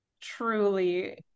truly